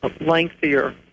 lengthier